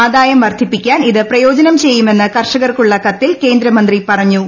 ആദായം വർദ്ധിപ്പിക്കാൻ ഇത് പ്രയോജനം ചെയ്യുമെന്ന് കർഷകർക്കുള്ള കത്തിൽ കേന്ദ്രമന്ത്രി പറഞ്ഞു